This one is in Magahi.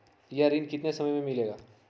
यह ऋण कितने समय मे मिलेगा?